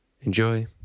Enjoy